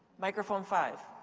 microphone five.